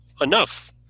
enough